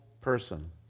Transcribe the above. person